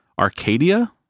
Arcadia